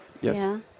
Yes